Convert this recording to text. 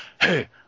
hey